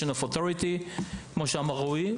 יש delegation of authority כמו שאמר רועי,